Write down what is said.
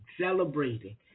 celebrating